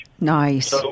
Nice